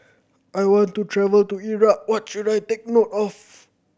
I want to travel to Iraq what should I take note of